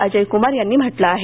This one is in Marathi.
अजय कुमार यांनी म्हटलं आहे